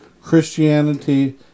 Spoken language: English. Christianity